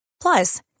plus